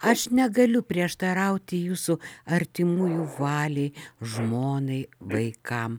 aš negaliu prieštarauti jūsų artimųjų valiai žmonai vaikam